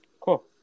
cool